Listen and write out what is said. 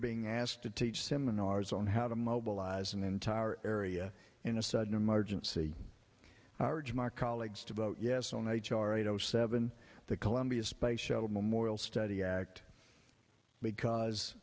being asked to teach seminars on how to mobilize an entire area in a sudden emergency our jim our colleagues to vote yes on h r eight zero seven the columbia space shuttle memorial study act because